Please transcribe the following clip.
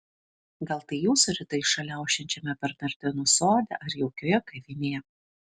gal tai jūsų rytai šalia ošiančiame bernardinų sode ar jaukioje kavinėje